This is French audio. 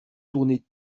tourner